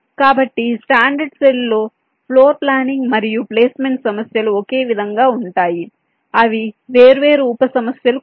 కాబట్టి standard cell లో floor planning మరియు ప్లేస్మెంట్ సమస్యలు ఒకే విధంగా ఉంటాయి అవి వేర్వేరు ఉప సమస్యలు కాదు